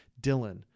Dylan